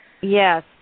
Yes